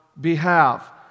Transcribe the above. behalf